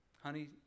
Honey